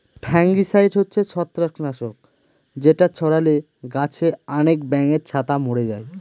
fungicide হচ্ছে ছত্রাক নাশক যেটা ছড়ালে গাছে আনেক ব্যাঙের ছাতা মোরে যায়